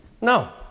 No